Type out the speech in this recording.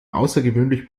außergewöhnlich